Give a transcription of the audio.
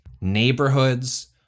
neighborhoods